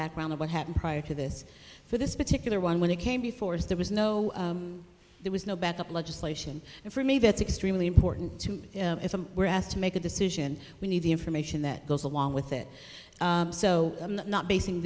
background of what happened prior to this for this particular one when it came before us there was no there was no backup legislation and for me that's extremely important too if i were asked to make a decision we need the information that goes along with it so i'm not basing